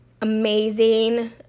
amazing